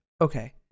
okay